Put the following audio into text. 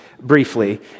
briefly